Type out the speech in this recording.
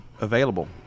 available